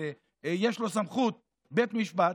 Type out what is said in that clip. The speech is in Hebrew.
מכוח סמכותו כבית משפט,